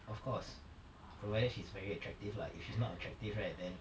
of course provided she's very attractive lah if she's not attractive right then